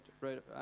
right